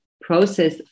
process